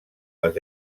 les